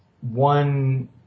one